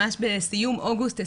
ממש בסיום אוגוסט 2020,